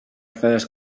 first